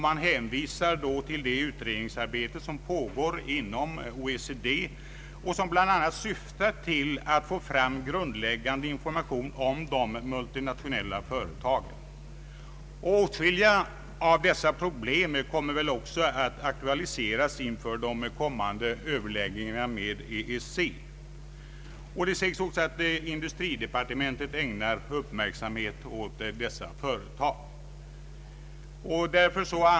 Man hänvisar också till det utredningsarbete som pågår inom OECD och som bl.a. syftar till att få fram en grundläggande information om de multinationella företagen. Åtskilliga av dessa problem kommer väl även att aktualiseras vid de kommande överläggningarna med EEC. Det sägs också att industridepartementet ägnar uppmärksamhet åt dessa företag.